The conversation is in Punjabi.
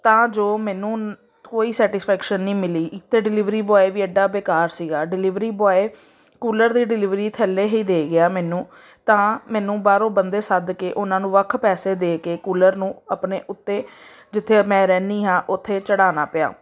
ਤਾਂ ਜੋ ਮੈਨੂੰ ਕੋਈ ਸੈਟਿਸਫੈਕਸ਼ਨ ਨਹੀਂ ਮਿਲੀ ਇੱਕ ਤਾਂ ਡਿਲੀਵਰੀ ਬੁਆਏ ਵੀ ਐਡਾ ਬੇਕਾਰ ਸੀਗਾ ਡਿਲੀਵਰੀ ਬੁਆਏ ਕੂਲਰ ਦੀ ਡਿਲੀਵਰੀ ਥੱਲੇ ਹੀ ਦੇ ਗਿਆ ਮੈਨੂੰ ਤਾਂ ਮੈਨੂੰ ਬਾਹਰੋਂ ਬੰਦੇ ਸੱਦ ਕੇ ਉਹਨਾਂ ਨੂੰ ਵੱਖ ਪੈਸੇ ਦੇ ਕੇ ਕੂਲਰ ਨੂੰ ਆਪਣੇ ਉੱਤੇ ਜਿੱਥੇ ਮੈਂ ਰਹਿੰਦੀ ਹਾਂ ਉੱਥੇ ਚੜਾਉਣਾ ਪਿਆ